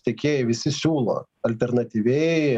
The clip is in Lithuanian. tiekėjai visi siūlo alternatyviai